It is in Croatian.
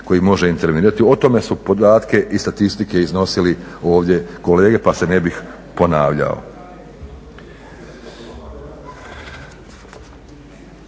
koji može intervenirati. O tome su podatke i statistike iznosili ovdje kolege pa se ne bih ponavljao.